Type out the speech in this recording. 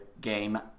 game